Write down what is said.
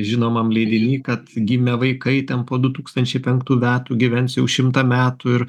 žinomam leidiny kad gimę vaikai ten po du tūkstančiai penktų metų gyvens jau šimtą metų ir